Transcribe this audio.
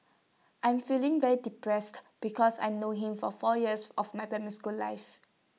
I'm feeling very depressed because I've known him for four years of my primary school life